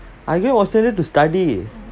I going australia to study